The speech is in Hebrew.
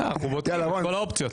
אנחנו בודקים את כל האופציות.